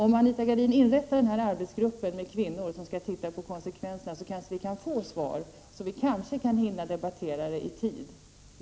Om Anita Gradin inrättar arbetsgruppen med kvinnor som skall titta på konsekvenserna, kanske vi kan få svar så att vi kan hinna debattera detta i tid.